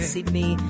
Sydney